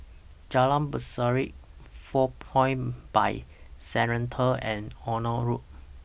Jalan Berseri four Points By Sheraton and Onan Road